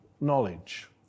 knowledge